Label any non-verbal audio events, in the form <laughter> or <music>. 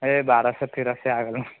ಏಯ್ ಬೇಡ ಸರ್ <unintelligible> ಆಗೋಲ್ಲ